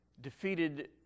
defeated